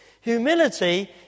Humility